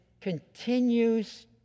continues